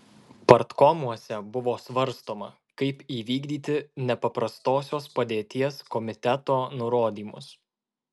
partkomuose buvo svarstoma kaip įvykdyti nepaprastosios padėties komiteto nurodymus